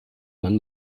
man